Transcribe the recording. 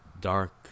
dark